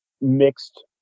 mixed